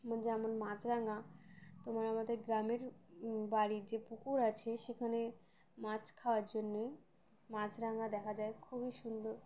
যেমন মাছরাঙা তোমার আমাদের গ্রামের বাড়ির যে পুকুর আছে সেখানে মাছ খাওয়ার জন্যই মাছরাঙা দেখা যায় খুবই সুন্দর